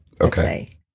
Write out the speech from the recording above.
Okay